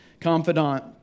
confidant